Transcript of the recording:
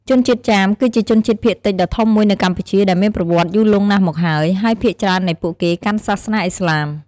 ជនជាតិចាមគឺជាជនជាតិភាគតិចដ៏ធំមួយនៅកម្ពុជាដែលមានប្រវត្តិយូរលង់ណាស់មកហើយ ហើយភាគច្រើននៃពួកគេកាន់សាសនាឥស្លាម។